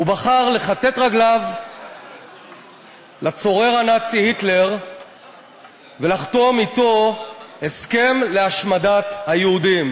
הוא בחר לכתת רגליו לצורר הנאצי היטלר ולחתום אתו הסכם להשמדת היהודים.